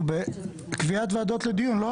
אנחנו בקביעת ועדות לדיון, לא?